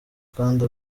kandi